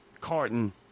Carton